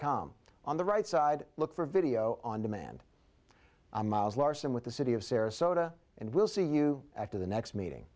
com on the right side look for video on demand a miles larson with the city of sarasota and we'll see you after the next meeting